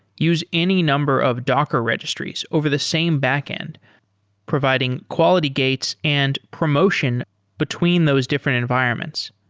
use any number of docker registries over the same backend providing quality gates and promotion between those different environments.